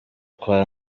kwa